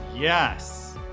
Yes